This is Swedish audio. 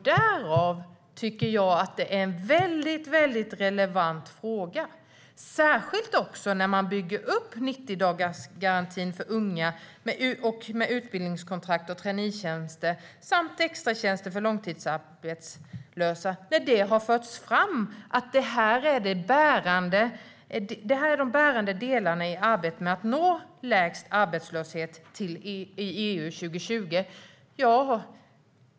Därför tycker jag att frågan är mycket relevant, särskilt när 90-dagarsgarantin för unga - som byggs upp med utbildningskontrakt och traineetjänster samt extratjänster för arbetslösa - förs fram som de bärande delarna i arbetet med att nå lägst arbetslöshet i EU 2020.